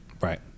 right